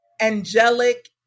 angelic